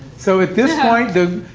so at this point,